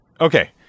Okay